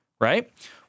right